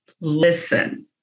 listen